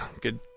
good